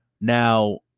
Now